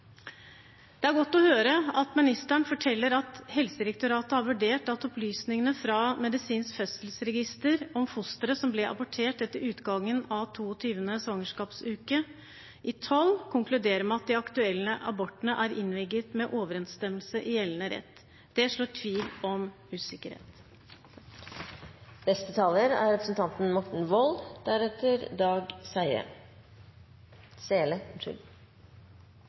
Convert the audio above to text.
Det er godt å høre at ministeren forteller at Helsedirektoratet har vurdert opplysningene fra Medisinsk fødselsregister om fostre som ble abortert etter utgangen av 22. svangerskapsuke, og konkluderer med at de aktuelle abortene er innvilget i overenstemmelse med gjeldende rett. Det fjerner usikkerheten. La meg først få takke representanten